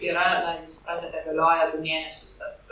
yra na jūs suprantate galioja du mėnesius tas